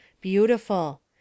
Beautiful